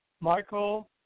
Michael